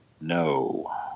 No